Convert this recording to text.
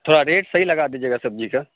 تھورا ریٹ صحیح لگا دیجیے گا سبزی کا